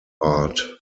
art